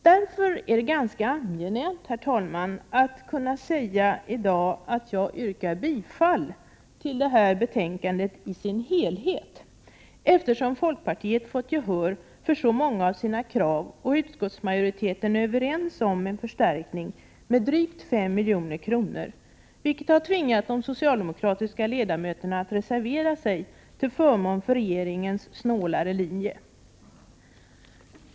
Därför är det ganska angenämt att kunna yrka bifall till hemställan i dess helhet i detta betänkande, eftersom folkpartiet har fått gehör för så många av sina krav och utskottsmajoriteten är överens om en förstärkning med drygt 5 milj.kr., vilket har tvingat de socialdemokratiska ledamöterna att reservera sig till förmån för regeringens snålare linje.